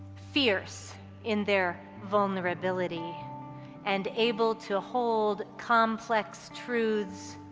fierce in their vulnerability and able to hold complex truths